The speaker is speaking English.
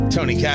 Tony